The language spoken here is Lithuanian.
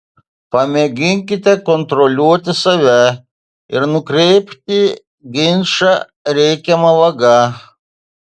pamėginkite kontroliuoti save ir nukreipti ginčą reikiama vaga